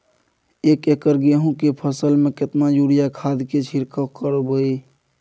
एक एकर गेहूँ के फसल में केतना यूरिया खाद के छिरकाव करबैई?